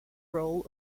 role